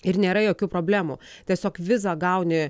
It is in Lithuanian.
ir nėra jokių problemų tiesiog vizą gauni